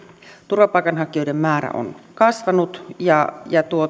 turvapaikanhakijoiden määrä on kasvanut ja ja